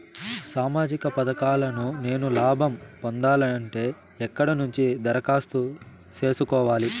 సామాజిక పథకాలను నేను లాభం పొందాలంటే ఎక్కడ నుంచి దరఖాస్తు సేసుకోవాలి?